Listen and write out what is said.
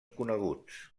coneguts